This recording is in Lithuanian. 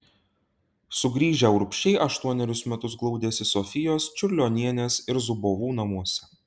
sugrįžę urbšiai aštuonerius metus glaudėsi sofijos čiurlionienės ir zubovų namuose